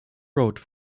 wrote